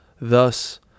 Thus